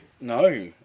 No